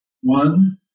one